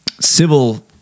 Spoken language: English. civil